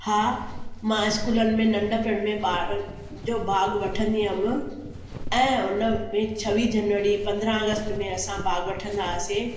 हा मां इस्कूलनि में नंढपिण में ॿार जो भाॻु वठंदी हुअमि ऐं हुन में छवीह जनवरी पंद्रहां अगस्त में असां भाॻु वठंदा हुआसीं